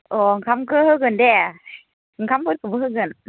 अ' ओंखामखौ होगोन दे ओंखामफोरखौबो होगोन